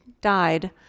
died